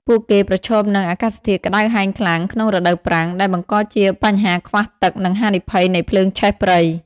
ពួកគេប្រឈមនឹង អាកាសធាតុក្ដៅហែងខ្លាំង ក្នុងរដូវប្រាំង ដែលបង្កជាបញ្ហាខ្វះទឹក និងហានិភ័យនៃភ្លើងឆេះព្រៃ។